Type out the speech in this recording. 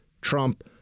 Trump